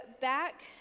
back